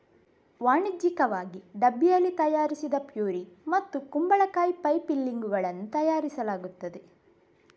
ವಾಣಿಜ್ಯಿಕವಾಗಿ ಡಬ್ಬಿಯಲ್ಲಿ ತಯಾರಿಸಿದ ಪ್ಯೂರಿ ಮತ್ತು ಕುಂಬಳಕಾಯಿ ಪೈ ಫಿಲ್ಲಿಂಗುಗಳನ್ನು ತಯಾರಿಸಲಾಗುತ್ತದೆ